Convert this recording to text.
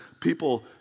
People